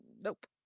Nope